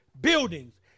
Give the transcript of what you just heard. buildings